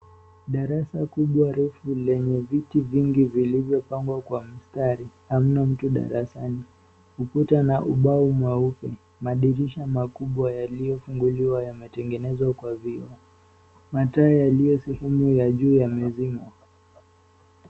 Darasa kubwa refu lenye viti vingi vilivyopangwa kwa mstari hamna mtu darasani, ukuta na ubao mweupe, madirisha makubwa yaliyofunguliwa yametengenezwa kwa vioo, mataa yaliyosehemu ya juu yamezimwa.